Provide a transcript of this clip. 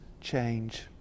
change